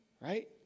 right